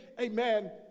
Amen